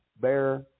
bear